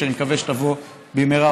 ואני מקווה שתבוא במהרה,